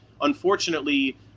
unfortunately